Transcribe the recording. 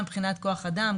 גם מבחינת כוח-אדם,